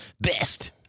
Best